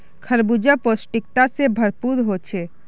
खरबूजा पौष्टिकता से भरपूर होछे